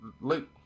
Luke